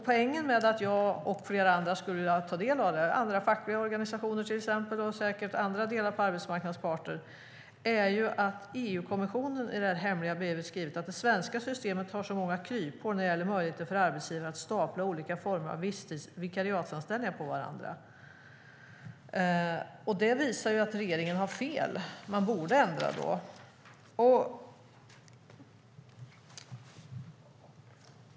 Poängen med att jag och flera andra, fackliga organisationer till exempel och säkert andra delar av arbetsmarknadens parter, skulle vilja ta del av det är att EU-kommissionen har skrivit i det hemliga brevet att det svenska systemet har så många kryphål när det gäller möjligheten för arbetsgivaren att stapla olika former av vikariatsanställningar på varandra. Det visar att regeringen har fel. Då borde man ändra.